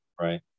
right